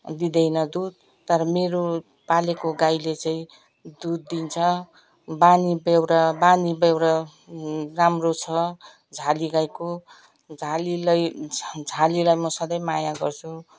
दिँदैन दुध तर मेरो पालेको गाईले चाहिँ दुध दिन्छ बानीबेहोरा बानीबेहोरा राम्रो छ झाली गाईको झालीलाई झ झालीलाई म सधैँ माया गर्छु